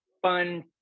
fun